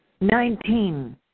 Nineteen